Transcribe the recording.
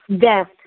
death